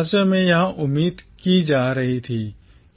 ऐसे में यह उम्मीद की जा रही थी